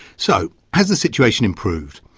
so has the situation improved?